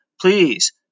please